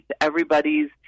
everybody's